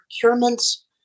procurement's